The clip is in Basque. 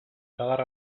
sagar